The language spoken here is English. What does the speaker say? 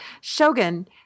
Shogun